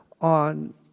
on